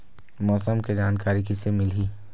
मौसम के जानकारी किसे मिलही?